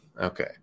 Okay